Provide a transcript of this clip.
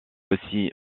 aussi